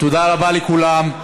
תודה רבה לכולם.